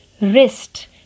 Wrist